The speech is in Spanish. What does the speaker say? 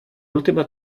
última